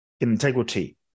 integrity